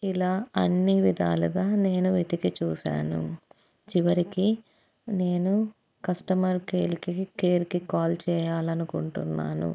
ఇలా అన్ని విధాలుగా నేను వెతికి చూశాను చివరికి నేను కస్టమర్ కేర్ని కేర్కి కాల్ చేయాలి అనుకుంటున్నాను